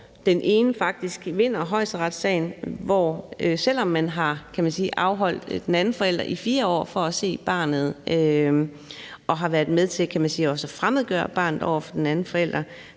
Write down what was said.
selv om man, kan man sige, i 4 år har afholdt den anden forælder fra at se barnet og har været med til at fremmedgøre barnet over for den anden forælder,